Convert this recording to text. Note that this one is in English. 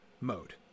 mode